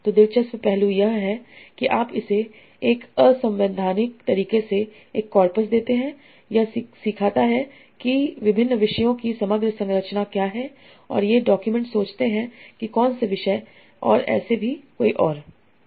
तो दिलचस्प पहलू यह है कि आप इसे एक असंवैधानिक तरीके से एक कॉर्पस देते हैं यह सीखता है कि विभिन्न विषयों की समग्र संरचना क्या है और ये डॉक्यूमेंट्स सोचते हैं कि कौन से विषय और ऐसे ही और भी